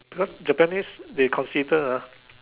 because Japanese they consider ah